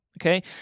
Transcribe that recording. okay